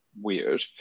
weird